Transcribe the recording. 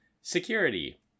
security